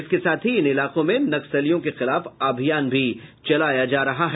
इसके साथ ही इन इलाकों में नक्सलियों के खिलाफ अभियान भी चलाया जा रहा है